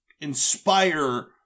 inspire